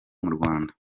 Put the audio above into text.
rwanda